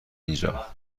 اینجا